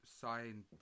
signed